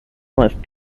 meist